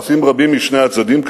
אלפים רבים משני הצדדים",